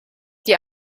die